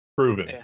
Proven